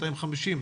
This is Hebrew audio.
250,